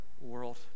world